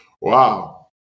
Wow